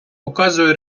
показує